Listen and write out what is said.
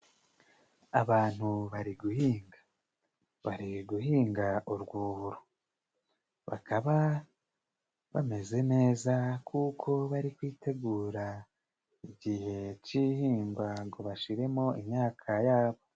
Abantu bari guhinga bari guhinga urwuburo, bakaba bameze neza kuko bari kwitegura igihe c'ihingwa ngo bashiremo imyaka yabo.